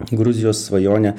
gruzijos svajonė